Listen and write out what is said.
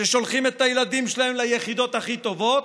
ששולחים את הילדים שלהם ליחידות הכי טובות,